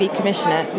Commissioner